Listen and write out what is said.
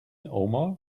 omar